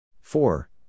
four